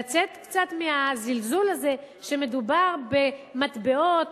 לצאת קצת מהזלזול הזה שמדובר במטבעות,